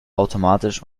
automatisch